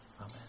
Amen